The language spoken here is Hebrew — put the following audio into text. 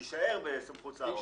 זה יישאר בסמכות שר האוצר.